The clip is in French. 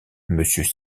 monsieur